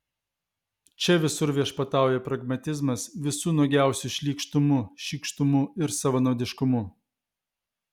čia visur viešpatauja pragmatizmas visu nuogiausiu šlykštumu šykštumu ir savanaudiškumu